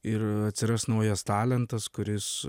ir atsiras naujas talentas kuris